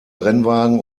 rennwagen